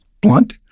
blunt